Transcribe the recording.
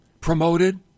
Promoted